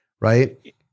Right